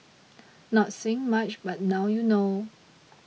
not saying much but now you know